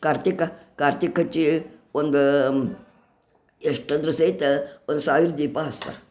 ಕಾರ್ತಿಕ ಕಾರ್ತಿಕಕ್ಕೆ ಒಂದು ಎಷ್ಟೊಂದ್ರು ಸಹಿತ ಒಂದು ಸಾವಿರ ದೀಪ ಹಚ್ತಾರೆ